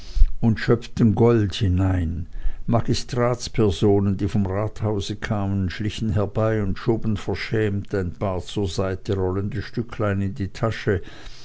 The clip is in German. und schöpften gold hinein magistratspersonen die vom rathause kamen schlichen herbei und schoben verschämt ein paar zur seite rollende stücklein in die tasche